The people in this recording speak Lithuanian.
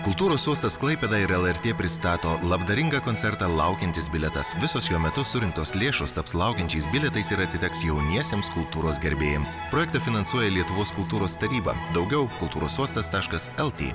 kultūros uostas klaipėda ir lrt pristato labdaringą koncertą laukiantis bilietas visos šiuo metu surinktos lėšos taps laukiančiais bilietais ir atiteks jauniesiems kultūros gerbėjams projektą finansuoja lietuvos kultūros taryba daugiau kultūros uostas taškas lt